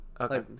Okay